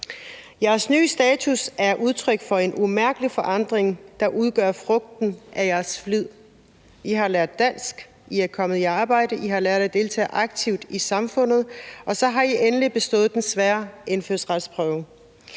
Jeres nye status er udtryk for en umærkelig forandring, der udgør frugten af jeres flid: I har lært dansk, I er kommet i arbejde, I har lært at deltage aktivt i samfundet, og så har I endelig bestået den svære indfødsretsprøve.